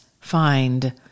find